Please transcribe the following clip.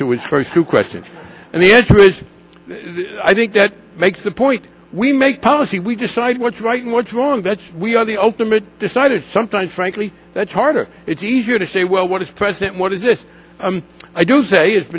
to his first two questions and the answer is i think that makes the point we make policy we decide what's right and what's wrong that's we are the ultimate decider sometimes frankly that's harder it's easier to say well what is president what is this i do say it's